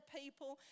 people